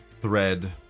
thread